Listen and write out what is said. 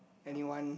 anyone